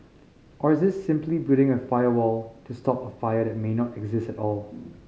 or is this simply building a firewall to stop a fire that may not exist at all